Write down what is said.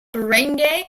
barangay